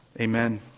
Amen